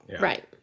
Right